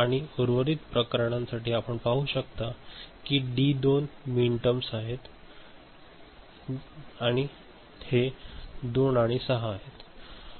आणि उर्वरित प्रकरणांसाठी आपण पाहू शकता की डी 2 मिनिटर्स आहे आणि हे 2 आणि 6 आहे